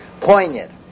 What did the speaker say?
Poignant